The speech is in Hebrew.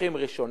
נכים ראשונים,